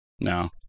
No